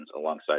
alongside